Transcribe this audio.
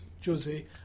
Josie